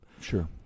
sure